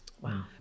Wow